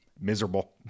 miserable